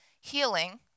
healing